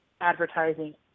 advertising